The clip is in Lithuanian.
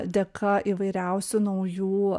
dėka įvairiausių naujų